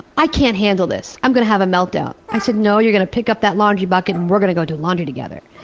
i can't handle this. i'm going to have a meltdown. i said, no, you're going to pick up that laundry bucket and we're going going to do laundry together.